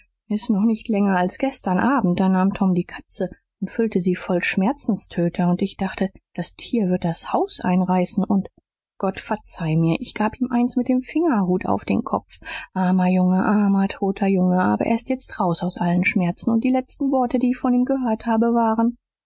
ist noch nicht länger als gestern abend da nahm tom die katze und füllte sie voll schmerzenstöter und ich dachte das tier würd das haus einreißen und gott verzeih mir ich gab ihm eins mit dem fingerhut auf den kopf armer junge armer toter junge aber er ist jetzt raus aus allen schmerzen und die letzten worte die ich von ihm gehört habe waren